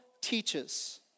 teaches